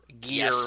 gear